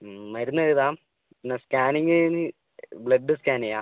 മരുന്ന് എഴുതാം പിന്നെ സ്കാനിങ്ങിന് ബ്ലഡ് സ്കാൻ ചെയ്യാം